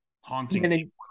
haunting